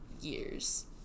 years